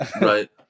Right